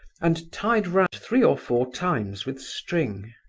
and tied round three or four times with string.